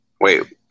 Wait